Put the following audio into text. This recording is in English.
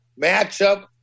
matchup